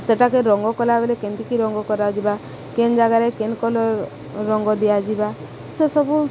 ସେଟାକେ ରଙ୍ଗ କଲାବେଲେ କେମିତିକି ରଙ୍ଗ କରାଯିବା କେନ୍ ଜାଗାରେ କେନ୍ କଲର ରଙ୍ଗ ଦିଆଯିବା ସେସବୁ